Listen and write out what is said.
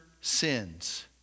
sins